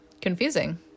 confusing